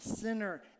sinner